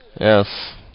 Yes